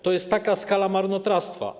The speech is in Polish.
To jest taka skala marnotrawstwa.